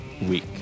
week